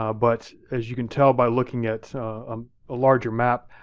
ah but as you can tell by looking at um a larger map,